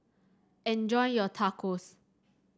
enjoy your Tacos